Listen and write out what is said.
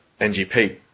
NGP